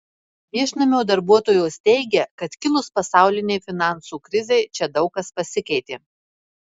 viešnamio darbuotojos teigia kad kilus pasaulinei finansų krizei čia daug kas pasikeitė